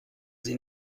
sie